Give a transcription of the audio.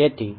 તેથી